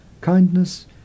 kindness